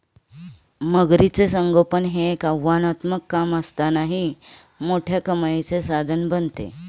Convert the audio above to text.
मगरीचे संगोपन हे एक आव्हानात्मक काम असतानाही मोठ्या कमाईचे साधन बनते